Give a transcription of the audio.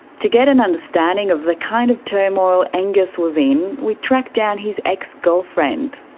to get an understanding of the kind of turmoil angus was in, we track down his ex-girlfriend.